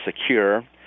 secure